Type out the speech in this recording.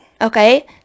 okay